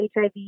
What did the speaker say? HIV